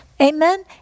Amen